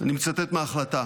אני מצטט מההחלטה: